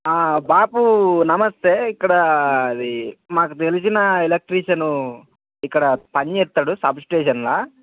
బాపు నమస్తే ఇక్కడ అది మాకు తెలిసిన ఎలక్ట్రీషను ఇక్కడ పని చేస్తాడు సబ్ స్టేషన్లో